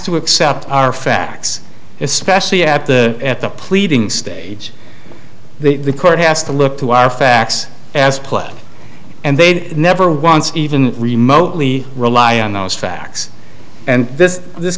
to accept our facts especially at the at the pleading stage the court has to look to our facts as planned and they never once even remotely rely on those facts and this this